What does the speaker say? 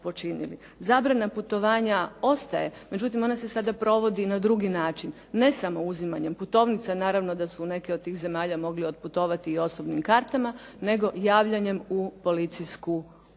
Zabrana putovanja ostaje, međutim ona se sada provodi na drugi način. ne samo uzimanjem putovnica, naravno da su u neke od tih zemalja mogli otputovati i osobnim kartama, nego javljanjem u policijsku postaju.